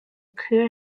queer